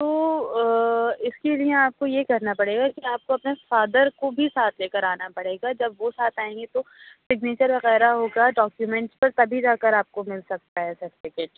تو اِس کے لیے آپ کو یہ کرنا پڑے گا کہ آپ کو اپنے فادر کو بھی ساتھ لے کر آنا پڑے گا جب وہ ساتھ آئیں گے تو سگنیچر وغیرہ ہوگا ڈاکیومینٹس پر تبھی جا کر آپ کو مل سکتا ہے سرٹیفیکیٹ